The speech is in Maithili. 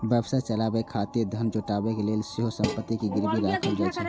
व्यवसाय चलाबै खातिर धन जुटाबै लेल सेहो संपत्ति कें गिरवी राखल जाइ छै